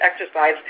exercise